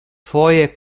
foje